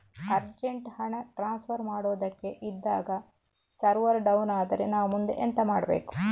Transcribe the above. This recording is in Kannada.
ಅರ್ಜೆಂಟ್ ಹಣ ಟ್ರಾನ್ಸ್ಫರ್ ಮಾಡೋದಕ್ಕೆ ಇದ್ದಾಗ ಸರ್ವರ್ ಡೌನ್ ಆದರೆ ನಾವು ಮುಂದೆ ಎಂತ ಮಾಡಬೇಕು?